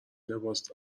لباس